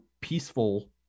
peaceful